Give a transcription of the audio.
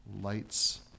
Lights